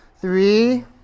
Three